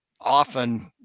often